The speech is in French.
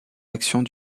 actions